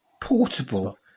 portable